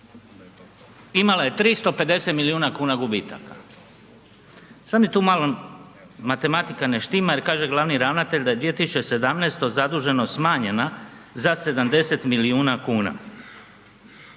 imala je 350 milijuna kuna gubitaka. Sada mi tu malo matematika ne štima jer kaže glavni ravnatelj da je 2017. zaduženost smanjena za 70 milijuna kuna.